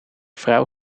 vrouw